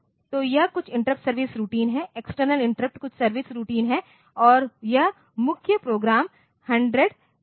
तो यह कुछ इंटरप्ट सर्विस रूटिंग है एक्सटर्नल इंटरप्ट कुछ सर्विस रूटिंग है और यह मुख्य प्रोग्राम 100 पर है